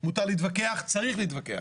מותר להתווכח, צריך להתווכח.